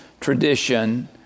tradition